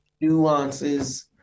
nuances